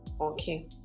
okay